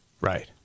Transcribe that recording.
Right